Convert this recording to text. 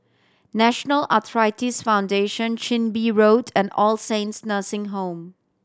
National Arthritis Foundation Chin Bee Road and All Saints Nursing Home